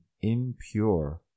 impure